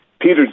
Peter